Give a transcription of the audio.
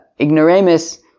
ignoramus